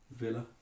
Villa